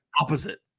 opposite